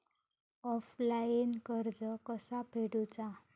Offline कर्ज कसा फेडूचा?